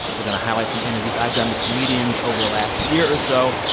we're going to highlight some interviews i've done with comedians over the last year or so.